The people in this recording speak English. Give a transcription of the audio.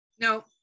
No